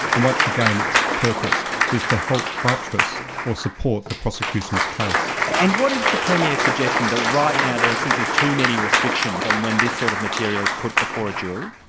and once again, its purpose is to help buttress or support, the prosecution's case. and what is the premier suggesting, that right now there are simply too many restrictions on when this sort of material is put before a jury?